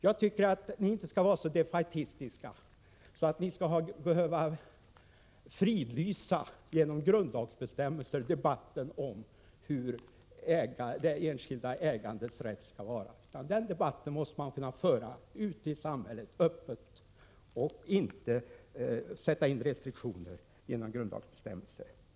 Jag tycker att vi inte skall vara så defaitistiska att vi skall behöva fridlysa det enskilda ägandet genom grundlagsbestämmelser. Det måste kunna debatteras öppet ute i samhället om olika åtgärder som berör egendomsrätten, utan restriktioner i form av grundlagsbestämmelser.